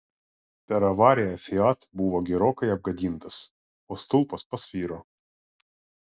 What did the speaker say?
per avariją fiat buvo gerokai apgadintas o stulpas pasviro